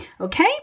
Okay